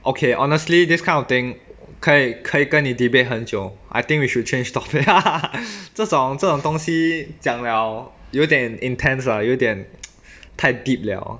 okay honestly this kind of thing 可以可以跟你 debate 很久 I think we should change topic 这种这种东西讲了有点 intense 啊有点太 deep 了